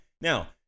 now